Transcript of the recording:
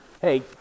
hey